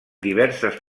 diverses